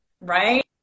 Right